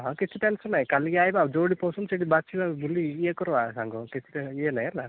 ହଁ କିଛି ଟେନସନ୍ ନାଇଁ କାଲିକି ଆଇବା ଯୋଉଠି ପସନ୍ଦ ସେଠି ବାଛିବା ବୁଲି ଇଏ କରିବା ସାଙ୍ଗ କିଛି ଇଏ ନାଇଁ ହେଲା